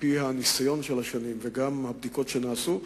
על-פי ניסיון השנים וגם על-פי הבדיקות שנעשו,